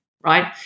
right